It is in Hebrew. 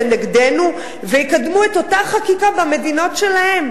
נגדנו ויקדמו את אותה חקיקה במדינות שלהם.